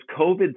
COVID